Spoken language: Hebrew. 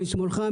משמאלך,